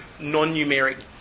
non-numeric